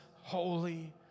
holy